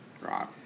Right